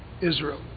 Israel